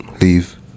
Leave